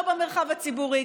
גם לא במרחב הציבורי,